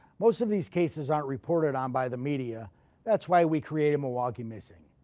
most of these cases are reported on by the media that's why we created milwaukee missing.